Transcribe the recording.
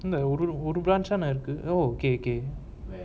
இந்த ஒரு ஒரு:intha oru oru branch தானே இருக்கு:thane iruku oh K K